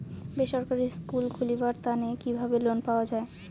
বেসরকারি স্কুল খুলিবার তানে কিভাবে লোন পাওয়া যায়?